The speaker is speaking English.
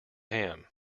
ham